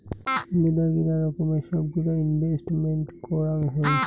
মেলাগিলা রকমের সব গিলা ইনভেস্টেন্ট করাং হই